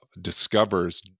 discovers